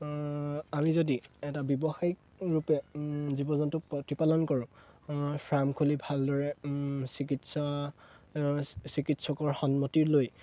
আমি যদি এটা ব্যৱসায়িক ৰূপে জীৱ জন্তু প্ৰতিপালন কৰোঁ ফাৰ্ম খুলি ভালদৰে চিকিৎসা চিকিৎসকৰ সন্মতি লৈ